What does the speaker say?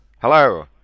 Hello